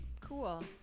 Cool